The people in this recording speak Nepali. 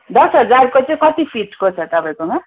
दस हजारको चाहिँ कति फिटको छ तपाईँकोमा